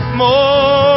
more